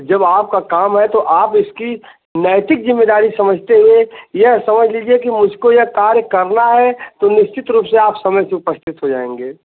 जब आपका काम है तो आप इसकी नैतिक जिम्मेदारी समझते हुए यह समझ लीजिए कि मुझको कार्य करना है तो निश्चित रूप से आप समय से उपस्थित हो जाएंगे